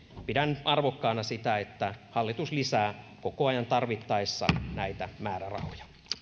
pidän arvokkaana sitä että hallitus lisää koko ajan tarvittaessa näitä määrärahoja